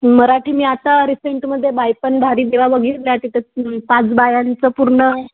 मराठी मी आता रिसेंटमध्ये बाईपण भारी देवा बघितल्या तिथे पाच बायांचं पूर्ण